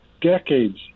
decades